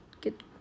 get